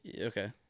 Okay